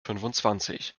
fünfundzwanzig